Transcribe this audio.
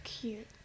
cute